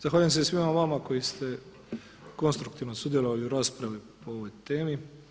Zahvaljujem se i svima vama koji ste konstruktivno sudjelovali u raspravi po ovoj temi.